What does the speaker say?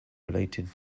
related